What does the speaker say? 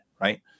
right